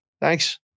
thanks